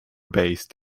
based